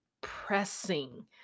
pressing